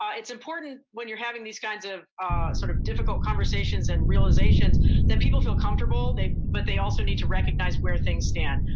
it's important when you're having these kinds of sort of difficult conversations and realizations that people feel comfortable, they, but they also need to recognize where things stand.